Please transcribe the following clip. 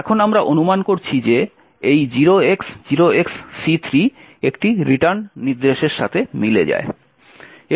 এখন আমরা অনুমান করছি যে এই 0x0XC3 একটি রিটার্ন নির্দেশের সাথে মিলে যায়